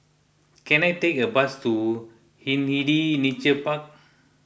can I take a bus to Hindhede Nature Park